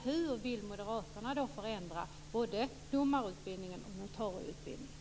Hur vill moderaterna förändra både domarutbildningen och notarieutbildningen?